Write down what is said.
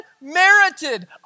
unmerited